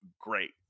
great